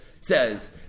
says